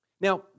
Now